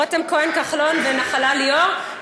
רותם כהן כחלון ונחלה ליאור.